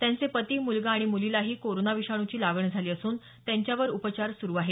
त्यांचे पती मुलगा आणि मुलीलाही कोरोना विषाणूची लागण झाली असून त्यांच्यावर उपचार सुरू आहेत